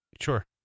sure